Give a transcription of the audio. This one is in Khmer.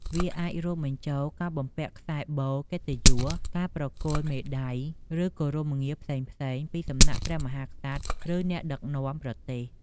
វាអាចរួមបញ្ចូលការបំពាក់ខ្សែបូរកិត្តិយស ការប្រគល់មេដាយ ឬ គោរម្យងារផ្សេងៗពីសំណាក់ព្រះមហាក្សត្រ ឬ អ្នកដឹកនាំប្រទេស។